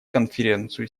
конференцию